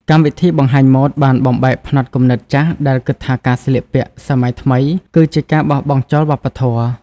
កម្មវិធីបង្ហាញម៉ូដបានបំបែកផ្នត់គំនិតចាស់ដែលគិតថាការស្លៀកពាក់សម័យថ្មីគឺជាការបោះបង់ចោលវប្បធម៌។